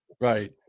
Right